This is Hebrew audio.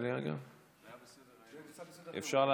השר לא חשב.